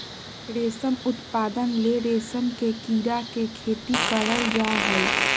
रेशम उत्पादन ले रेशम के कीड़ा के खेती करल जा हइ